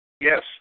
Yes